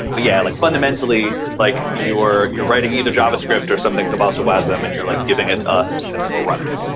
but yeah, like fundamentally, like you're you're writing either javascript or some things about the wasm and you're like giving to us and then we're running it.